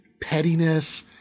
pettiness